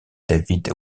david